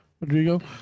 Rodrigo